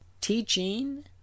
teaching